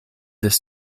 this